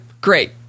Great